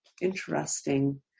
interesting